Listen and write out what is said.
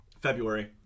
February